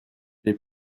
les